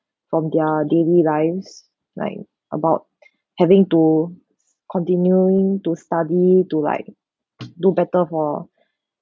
from their daily lives like about having to continue to study to like do better for